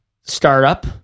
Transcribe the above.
startup